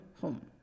home